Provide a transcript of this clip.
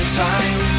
time